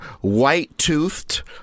white-toothed